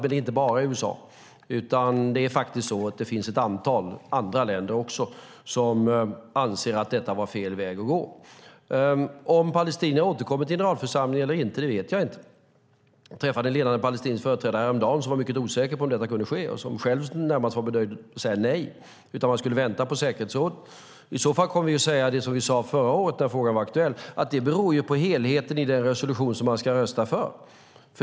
Men det är inte bara USA som har gjort det, utan det finns faktiskt ett antal andra länder som också anser att detta var fel väg att gå. Om palestinierna återkommer till generalförsamlingen eller inte vet jag inte. Jag träffade en ledande palestinsk företrädare häromdagen som var mycket osäker på om detta kunde ske och som själv närmast var beredd att säga nej och tyckte att man skulle vänta på säkerhetsrådet. I så fall kommer vi att säga det som vi sade förra året när frågan var aktuell, nämligen att det beror på helheten i den resolution som man ska rösta för.